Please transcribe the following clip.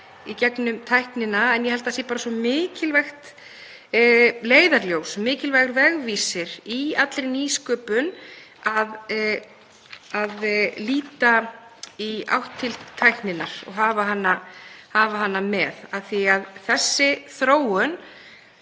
í gegnum tæknina. En ég held að það sé bara svo mikilvægt leiðarljós, mikilvægur vegvísir í allri nýsköpun, að líta í átt til tækninnar og hafa hana með af því að þessi þróun